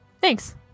Thanks